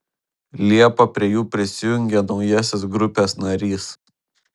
liepą prie jų prisijungė naujasis grupės narys